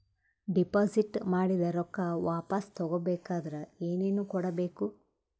Deposit ಮಾಡಿದ ರೊಕ್ಕ ವಾಪಸ್ ತಗೊಬೇಕಾದ್ರ ಏನೇನು ಕೊಡಬೇಕು?